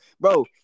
Bro